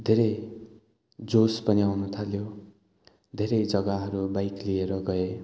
धेरै जोस पनि आउन थाल्यो धेरै जग्गाहरू बाइक लिएर गएँ